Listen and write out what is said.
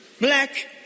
black